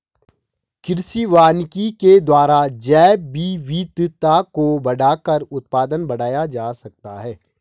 कृषि वानिकी के द्वारा जैवविविधता को बढ़ाकर उत्पादन बढ़ाया जा सकता है